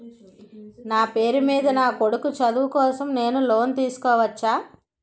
నా పేరు మీద నా కొడుకు చదువు కోసం నేను లోన్ తీసుకోవచ్చా?